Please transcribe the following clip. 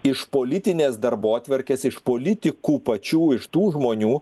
iš politinės darbotvarkės iš politikų pačių iš tų žmonių